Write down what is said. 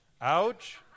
Ouch